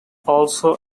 also